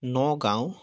Nagaon